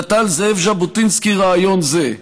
נטל זאב ז'בוטינסקי רעיון זה,